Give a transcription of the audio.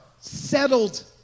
settled